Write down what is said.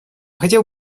хотел